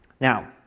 Now